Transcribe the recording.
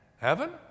Heaven